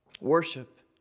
Worship